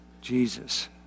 Jesus